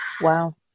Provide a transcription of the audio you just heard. Wow